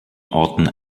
orten